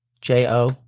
J-O